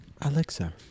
Alexa